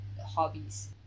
hobbies